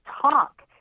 talk